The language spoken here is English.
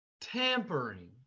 Tampering